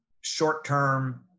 short-term